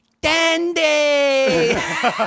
Dandy